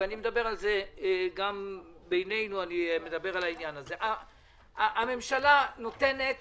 אני מדבר על זה גם ביננו: הממשלה נותנת